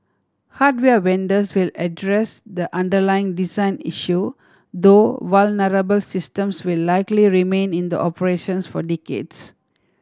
hardware vendors will address the underlying design issue though vulnerable systems will likely remain in the operations for decades